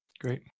Great